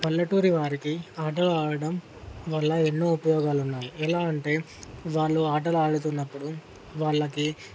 పల్లెటూరి వారికి ఆటలు ఆడటం వల్ల ఎన్నో ఉపయోగాలు ఉన్నాయి ఎలా అంటే వాళ్లు ఆటలు ఆడుతున్నప్పుడు వాళ్ళకి